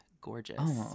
gorgeous